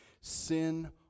Sin